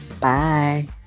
Bye